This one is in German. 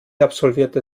absolviert